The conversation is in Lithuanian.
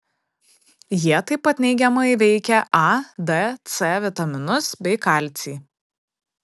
jie tai pat neigiamai veikia a d c vitaminus bei kalcį